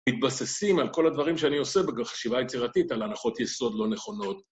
מתבססים על כל הדברים שאני עושה בחשיבה היצירתית על הנחות יסוד לא נכונות.